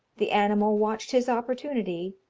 the animal watched his opportunity,